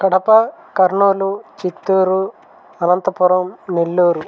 Kadapa Kurnool Chittoor Anantapuram Nellore